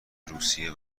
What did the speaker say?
روسیه